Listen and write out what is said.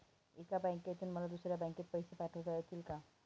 एका बँकेतून मला दुसऱ्या बँकेत पैसे पाठवता येतील का?